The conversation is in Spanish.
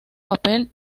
papel